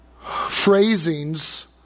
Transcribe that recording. phrasings